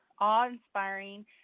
awe-inspiring